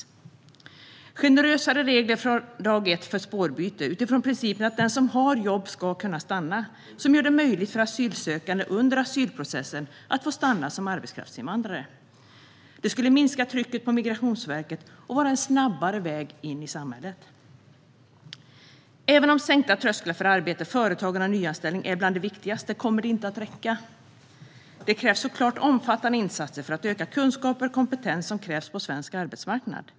Centern vill införa generösare regler från dag ett för spårbyte, utifrån principen att den som har jobb ska kunna stanna. Detta gör det möjligt för asylsökande att under asylprocessen få stanna som arbetskraftsinvandrare. Det skulle minska trycket på Migrationsverket och vara en snabbare väg in i samhället. Även om sänkta trösklar för arbete, företagande och nyanställning är något av det viktigaste kommer det inte att räcka. Det krävs såklart omfattande insatser för att öka sådan kunskap och kompetens som krävs på svensk arbetsmarknad.